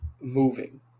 moving